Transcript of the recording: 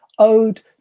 Ode